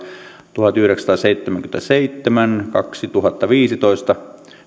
tuhatyhdeksänsataaseitsemänkymmentäseitsemän ja kaksituhattaviisitoista